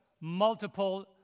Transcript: multiple